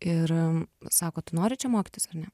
ir sako tu nori čia mokytis ar ne